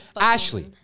Ashley